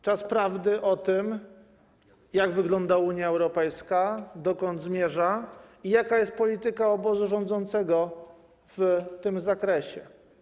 Czas prawdy o tym, jak wygląda Unia Europejska, dokąd zmierza i jaka jest polityka obozu rządzącego w tym zakresie.